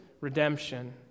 redemption